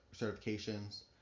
certifications